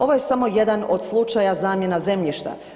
Ovo je samo jedan od slučaja zamjena zemljišta.